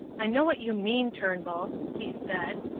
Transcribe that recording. i know what you mean, turnbull, he said,